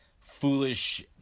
foolish